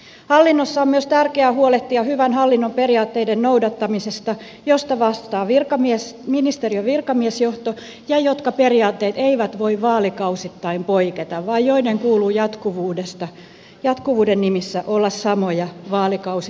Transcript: hallinnossa on myös tärkeää huolehtia hyvän hallinnon periaatteiden noudattamisesta josta vastaa ministeriön virkamiesjohto ja periaatteet eivät voi vaalikausittain poiketa vaan niiden kuuluu jatkuvuuden nimissä olla samoja vaalikausi toisensa jälkeen